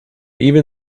even